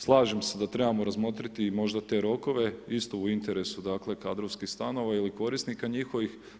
Slažem se da trebamo razmotriti i možda te rokove isto u interesu kadrovskih stanova ili korisnika njihovih.